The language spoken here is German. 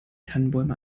tannenbäume